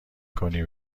کنی